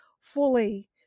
fully